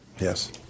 Yes